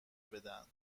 بدن